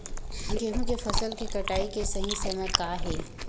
गेहूँ के फसल के कटाई के सही समय का हे?